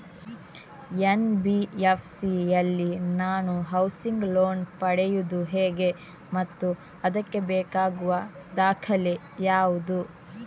NBFC ಯಲ್ಲಿ ನಾನು housing loan ಪಡೆಯುದು ಹೇಗೆ ಮತ್ತು ಅದಕ್ಕೆ ಬೇಕಾಗುವ ದಾಖಲೆ ಯಾವುದು?